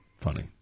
Funny